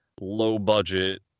low-budget